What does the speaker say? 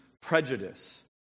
prejudice